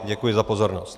Děkuji za pozornost.